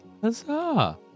Huzzah